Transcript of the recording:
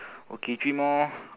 okay three more